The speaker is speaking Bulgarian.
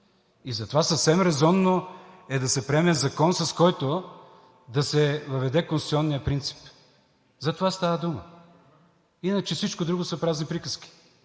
И затова съвсем резонно е да се приеме закон, с който да се въведе конституционният принцип. За това става дума, иначе всичко друго са празни приказки